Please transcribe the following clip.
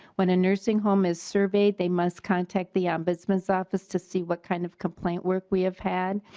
when a nursing home is survey they must contact the ombudsman's office to see what kind of complaint work we have had.